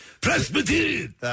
Presbyterian